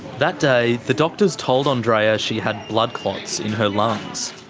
that day, the doctors told andrea she had blood clots in her lungs.